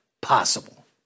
possible